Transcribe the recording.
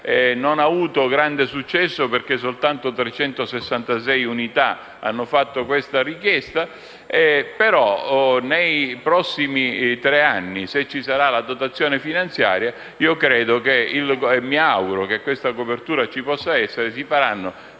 non ha avuto grande successo, perché soltanto 366 unità hanno fatto questa richiesta. Nei prossimi tre anni, se ci sarà la dotazione finanziaria - credo e mi auguro che questa copertura ci possa essere - si faranno